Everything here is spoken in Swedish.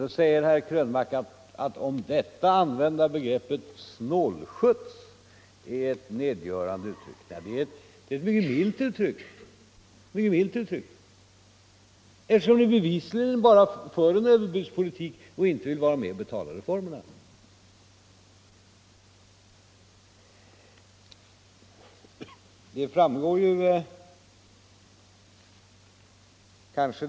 Då säger herr Krönmark: Att om detta använda begreppet snålskjuts är att bruka ett nedgörande uttryck. Det är ett mycket milt uttryck, eftersom ni bevisligen bara för en överbudspolitik och inte vill vara med om att betala reformerna.